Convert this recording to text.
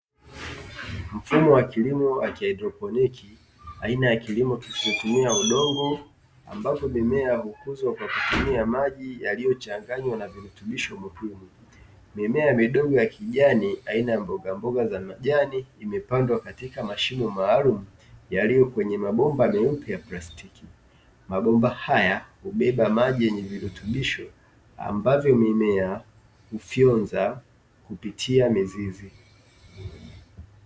Mfumo wa kilimo hydroponiki, ni aina ya kilimo kisichotumia udongo ambapo mimea ya hukuzwa kwa kutumia maji yaliyochanganywa na virutubisho muhimu. Mimea midogo ya kijani aina ya mboga mboga za majani imepandwa katika mashimo maalum yaliyo kwenye mabomba meupe ya plastiki mabomba haya hubeba maji yenye virutubisho ambavyo mimea hufyonza kupitia mizizi.